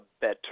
better